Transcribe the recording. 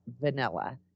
vanilla